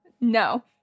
No